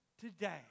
today